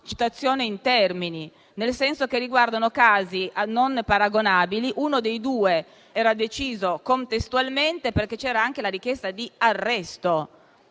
citazione in termini, nel senso che riguardano casi non paragonabili. Uno dei due era deciso contestualmente, perché c'era anche la richiesta d'arresto.